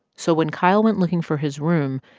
so when kyle went looking for his room,